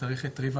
איתכם.